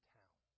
town